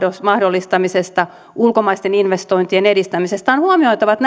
mahdollistamisesta ulkomaisten investointien edistämisestä on huomioitava että